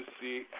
see